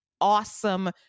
Awesome